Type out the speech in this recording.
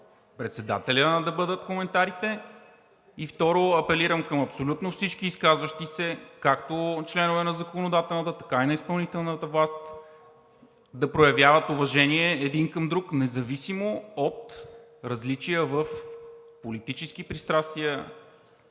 председателя да бъдат коментарите. И второ, апелирам към абсолютно всички изказващи се – както членовете на законодателната, така и на изпълнителната власт, да проявяват уважение един към друг независимо от различията си в политически пристрастия,